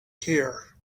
here